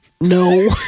no